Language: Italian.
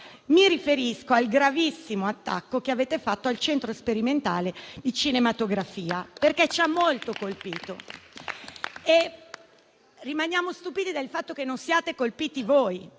Mi riferisco al gravissimo attacco che avete fatto al Centro sperimentale di cinematografia (CSC), che ci ha molto colpito e rimaniamo stupiti del fatto che non siate colpiti voi.